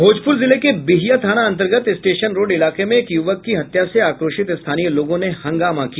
भोजपुर जिले के बिहिया थाना अंतर्गत स्टेशन रोड इलाके में एक युवक की हत्या से आक्रोशित स्थानीय लोगों ने हंगामा किया